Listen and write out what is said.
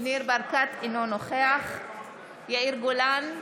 אינו נוכח יאיר גולן,